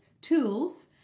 tools